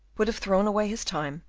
would have thrown away his time,